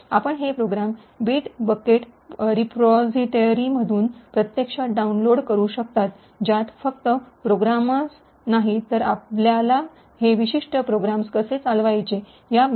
आपण हे program Bitbucket रिपॉझिटरीमधून प्रत्यक्षात डाउनलोड करू शकता ज्यात फक्त प्रोग्रामच नाहीत तर आपल्याला हे विशिष्ट प्रोग्राम्स कसे चालवायचे याबद्दल बर्याच सूचना आणि स्लाइड्स आणि इतर असाइनमेंट्स देखील आहेत ज्या आपण प्रयत्न करू शकाल